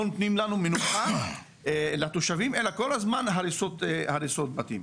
לא נותנים לתושבים מנוחה אלא כל הזמן מבצעים הריסות בתים.